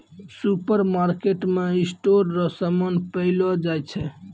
सुपरमार्केटमे स्टोर रो समान पैलो जाय छै